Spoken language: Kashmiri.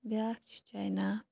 بیاکھ چھُ چایِنا